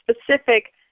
specific